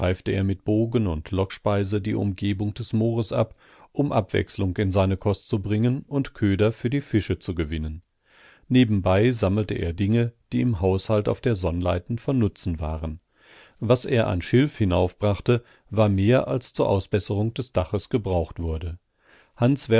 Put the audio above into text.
mit bogen und lockspeise die umgebung des moores ab um abwechslung in seine kost zu bringen und köder für die fische zu gewinnen nebenbei sammelte er dinge die im haushalt auf der sonnleiten von nutzen waren was er an schilf hinaufbrachte war mehr als zur ausbesserung des daches gebraucht wurde hans